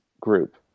group